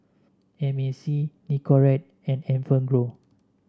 M A C Nicorette and Enfagrow